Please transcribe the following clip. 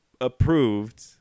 approved